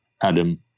Adam